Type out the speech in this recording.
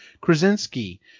krasinski